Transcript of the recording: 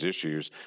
issues